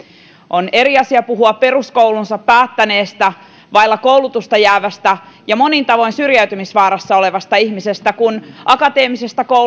on eri asia puhua peruskoulunsa päättäneestä vaille koulutusta jäävästä ja monin tavoin syrjäytymisvaarassa olevasta ihmisestä kuin akateemisesti